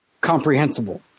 comprehensible